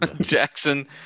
jackson